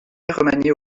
remaniée